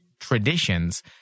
traditions